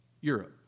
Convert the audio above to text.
Europe